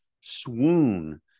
swoon